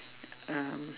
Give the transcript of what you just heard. um